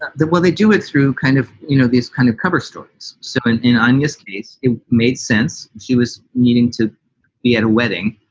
well, they do it through kind of you know these kind of cover stories. so and in um this case, it made sense. she was needing to be at a wedding.